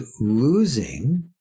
losing